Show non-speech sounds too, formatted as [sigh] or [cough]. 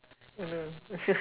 oh no [laughs]